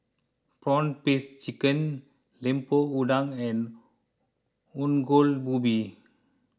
Prawn Paste Chicken Lemper Udang and Ongol Ubi